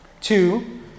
Two